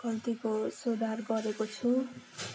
गल्तीको सुधार गरेको छु